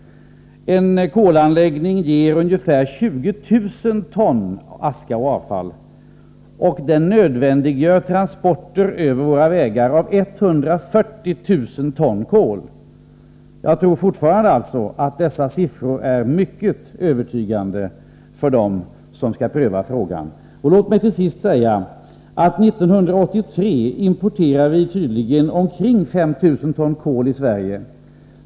En kolanläggning ger ungefär 20 000 ton aska och avfall, och den nödvändiggör transporter över våra vägar av 140 000 ton kol. Jag tror fortfarande att dessa siffror är mycket övertygande för dem som skall pröva frågan. Låt mig till sist säga att vi år 1983 tydligen importerade omkring 5 000 ton kol i Sverige.